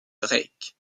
drake